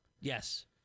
Yes